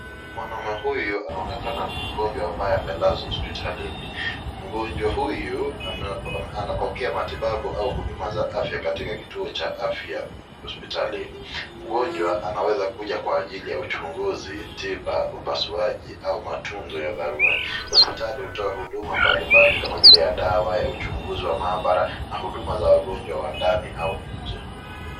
Mwanaume huyu anaonekana ni mgonjwa ambaye amelazwa hospitalini, mgonjwa huyu anapokea matibabu au huduma za afya kutoka kituo cha afya hospitalini, mgonjwa anaweza kuja kwa ajili ya uchukuzi, tiba, upasuaji au matungo ya dharura hospitali hutoa huduma mbali mbali kama vile ya dawa, uchunguzi wa mahabara na huduma za wagonjwa wa ndani au nje.